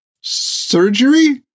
surgery